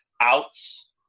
outs